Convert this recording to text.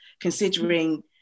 considering